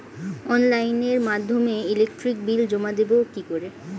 অনলাইনের মাধ্যমে electric bill জমা দেবো কি করে?